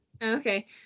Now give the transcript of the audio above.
Okay